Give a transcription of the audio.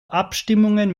abstimmungen